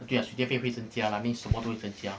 K lah 水电费会增加啦 I mean 什么都会增加